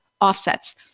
offsets